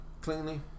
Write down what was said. cleanly